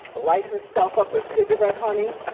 light herself up a cigarette honey.